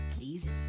Easy